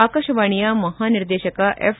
ಆಕಾಶವಾಣಿಯ ಮಹಾನಿರ್ದೇಶಕ ಎಫ್